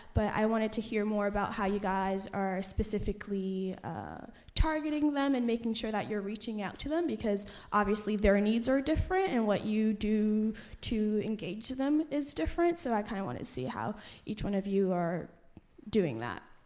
but i wanted to hear more about how you guys are specifically targeting them and making sure that you're reaching out to them. because obviously their needs are different. and what you do to engage them is different. so i kind of kinda wanna see how each one of you are doing that.